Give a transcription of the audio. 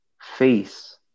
face